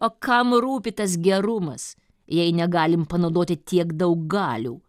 o kam rūpi tas gerumas jei negalim panaudoti tiek daug galių